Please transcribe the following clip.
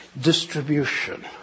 distribution